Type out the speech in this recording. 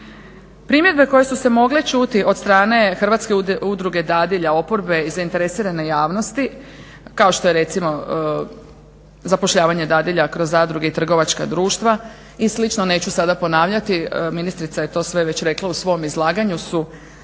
Primjedbe koje su se mogle čuti od strane Hrvatske udruge dadilja, oporbe i zainteresirane javnosti kao što je recimo zapošljavanje dadilja kroz zadruge i trgovačka društva i slično, neću sada ponavljati ministrica je to već sve rekla u svom izlaganju su